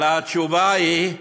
והתשובה היא: